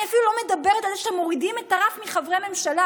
אני אפילו לא מדברת על זה שאתם מורידים את הרף מחברי ממשלה.